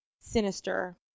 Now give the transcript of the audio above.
sinister